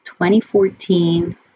2014